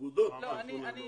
האגודות נתנו להן בראש.